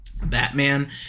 Batman